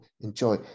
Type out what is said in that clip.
enjoy